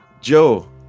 joe